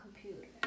computer